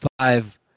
five